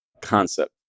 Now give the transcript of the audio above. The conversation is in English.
concept